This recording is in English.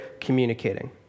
communicating